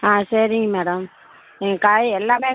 ஆ சரிங்க மேடம் எங்கள் காய் எல்லாமே